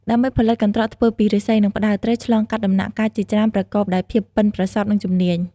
ដើម្បីផលិតកន្ត្រកធ្វើពីឫស្សី និងផ្តៅ ត្រូវឆ្លងកាត់ដំណាក់កាលជាច្រើនប្រកបដោយភាពប៉ិនប្រសប់ និងជំនាញ។